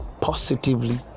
positively